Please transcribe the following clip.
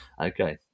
Okay